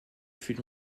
fut